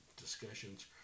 discussions